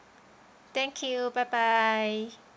thank you bye bye